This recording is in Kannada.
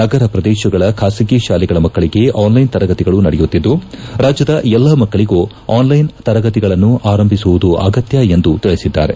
ನಗರ ಶ್ರದೇಶಗಳ ಖಾಸಗೀ ಶಾಲೆಗಳ ಮಕ್ಕಳಿಗೆ ಆನ್ಲೈನ್ ತರಗತಿಗಳು ನಡೆಯುತ್ತಿದ್ದು ರಾಜ್ಯದ ಎಲ್ಲಾ ಮಕ್ಕಳಗೂ ಆನ್ಲೈನ್ ತರಗತಿಗಳನ್ನು ಆರಂಭಿಸುವುದು ಅಗತ್ಯ ಎಂದು ತಿಳಿಸಿದ್ದಾರೆ